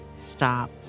stop